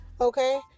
Okay